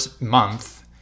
month